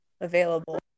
available